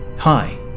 Hi